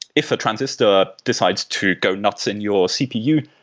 if a transistor decides to go nuts in your cpu,